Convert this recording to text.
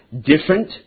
Different